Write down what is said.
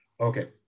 Okay